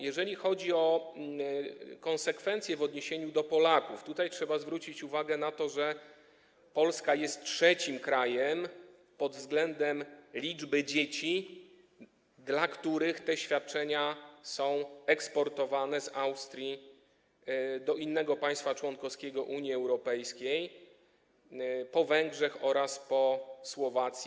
Jeżeli chodzi o konsekwencje w odniesieniu do Polaków, to tutaj trzeba zwrócić uwagę na to, że Polska jest trzecim krajem pod względem liczby dzieci, dla których te świadczenia są eksportowane z Austrii do innego państwa członkowskiego Unii Europejskiej, po Węgrzech oraz po Słowacji.